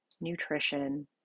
nutrition